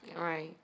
right